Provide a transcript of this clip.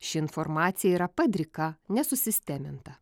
ši informacija yra padrika nesusisteminta